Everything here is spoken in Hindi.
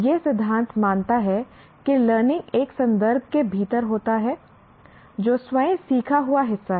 यह सिद्धांत मानता है कि लर्निंग एक संदर्भ के भीतर होता है जो स्वयं सीखा हुआ हिस्सा है